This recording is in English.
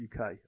UK